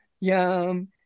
yum